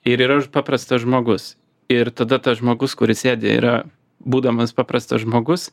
ir yra paprastas žmogus ir tada tas žmogus kuris sėdi yra būdamas paprastas žmogus